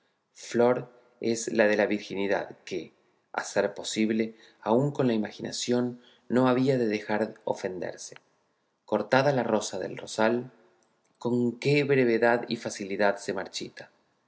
flor es la de la virginidad que a ser posible aun con la imaginación no había de dejar ofenderse cortada la rosa del rosal con qué brevedad y facilidad se marchita